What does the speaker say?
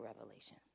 revelation